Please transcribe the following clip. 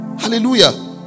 hallelujah